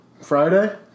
Friday